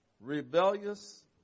Rebellious